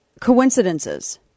coincidences